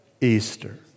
Easter